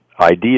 idea